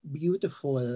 beautiful